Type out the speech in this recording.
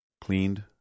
cleaned